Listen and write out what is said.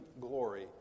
glory